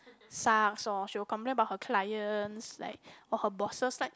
Sars orh she will complain about her clients like or her bosses like